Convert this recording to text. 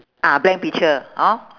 ah blank picture hor